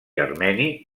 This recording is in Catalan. armeni